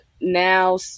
now